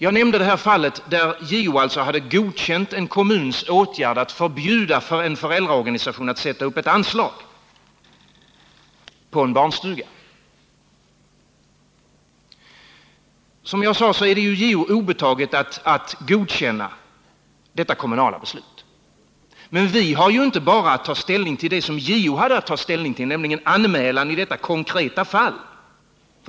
Jag nämnde det fall där JO hade godkänt en kommuns åtgärd att förbjuda en föräldraorganisation att sätta upp ett anslag i en barnstuga. Som jag sade är det JO obetaget att godkänna detta kommunala beslut. Men vi har inte bara att ta ställning till det som JO hade att ta ställning till, nämligen anmälan i detta konkreta fall.